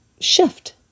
shift